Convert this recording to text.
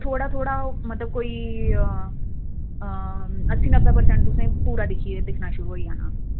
थोह्ड़ा थोह्ड़ा ओह् मतलब कोई अंऽ अंऽ अस्सी नब्बे परसेंट तुसेंगी पूरा दिक्खियै दिक्खना शुरू होई जाना